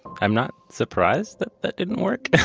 i'm not surprised that that didn't work. and